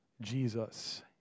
Jesus